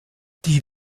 die